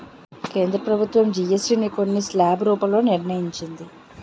కేంద్ర ప్రభుత్వం జీఎస్టీ ని కొన్ని స్లాబ్ల రూపంలో నిర్ణయించింది